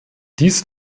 dies